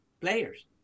players